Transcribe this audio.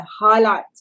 highlights